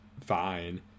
fine